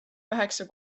üheksa